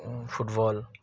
football